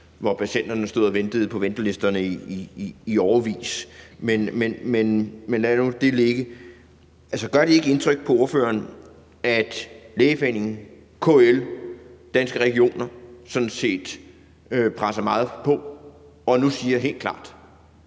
hvor patienterne stod på ventelister i årevis. Men lad nu det ligge. Gør det ikke indtryk på ordføreren, at Lægeforeningen, KL og Danske Regioner sådan set presser meget på og nu siger helt klart,